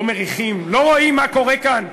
לא מריחים, לא רואים מה קורה כאן?